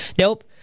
Nope